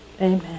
Amen